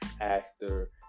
actor